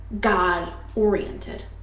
God-oriented